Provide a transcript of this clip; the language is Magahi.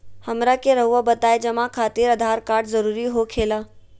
हमरा के रहुआ बताएं जमा खातिर आधार कार्ड जरूरी हो खेला?